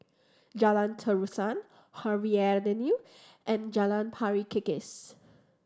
Jalan Terusan Harvey and Jalan Pari Kikis